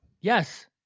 Yes